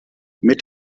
mit